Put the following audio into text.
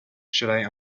should